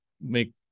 make